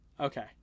Okay